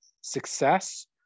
success